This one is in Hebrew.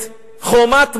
את "חומת מגן"